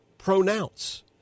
Pronounce